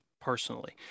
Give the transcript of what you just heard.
personally